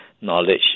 knowledge